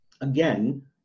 again